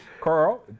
Carl